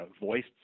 voiced